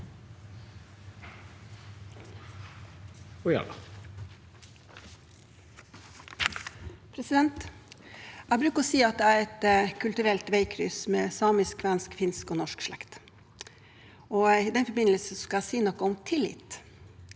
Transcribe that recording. Jeg bruker å si at jeg er et kulturelt veikryss, med samisk, kvensk, finsk og norsk slekt. I den forbindelse skal jeg si noe om tillit.